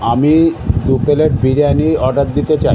আমি দু plate biryani order দিতে চাই